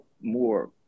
more